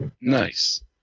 Nice